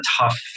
tough